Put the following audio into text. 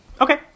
Okay